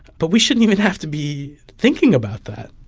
but we shouldn't even have to be thinking about that,